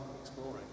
exploring